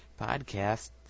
podcast